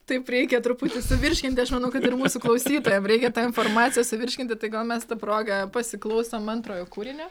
taip reikia truputį suvirškinti aš manau kad ir mūsų klausytojam reikia tą informaciją suvirškinti tai gal mes ta proga pasiklausom antrojo kūrinio